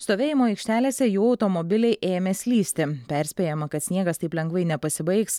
stovėjimo aikštelėse jų automobiliai ėmė slysti perspėjama kad sniegas taip lengvai nepasibaigs